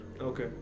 okay